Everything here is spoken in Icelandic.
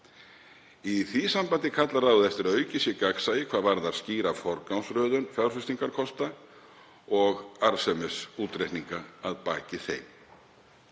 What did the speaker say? Í því sambandi kallar ráðið eftir að aukið sé gagnsæi hvað varðar skýra forgangsröðun fjárfestingarkosta og arðsemisútreikninga að baki þeim.